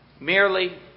Merely